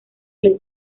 les